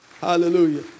Hallelujah